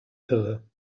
irre